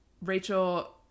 Rachel